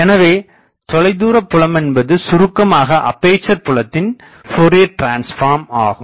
எனவே தொலைதூரபுலமென்பது சுருக்கமாக அப்பேசர் புலத்தின் ஃப்போரியர்டிரன்ஸ்பார்ம் ஆகும்